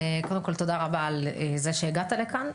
קודם כל תודה רבה על זה שהגעת לכאן.